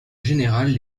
général